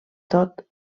tot